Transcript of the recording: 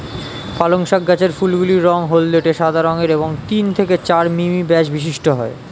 পালং শাক গাছের ফুলগুলি রঙ হলদেটে সাদা রঙের এবং তিন থেকে চার মিমি ব্যাস বিশিষ্ট হয়